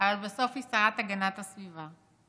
אבל בסוף היא השרה להגנת הסביבה.